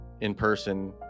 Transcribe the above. in-person